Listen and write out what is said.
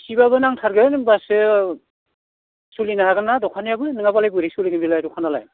एसेबाबो नांथारगोन होनबासो सोलिनो हागोन ना दखानियाबो नङाबालाय बोरै सोलिगोन बेलाय दखानालाय